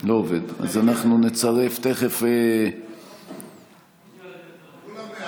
שלא עזר להם לעמוד על הרגליים, על חודשים מרץ